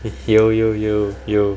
有有有有